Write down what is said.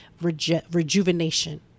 rejuvenation